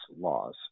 laws